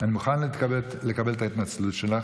אני מוכן לקבל את ההתנצלות שלך,